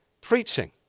preaching